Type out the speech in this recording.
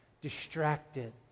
Distracted